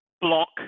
Block